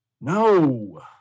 No